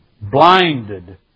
blinded